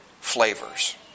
flavors